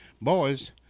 boys